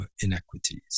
inequities